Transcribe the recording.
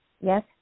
Yes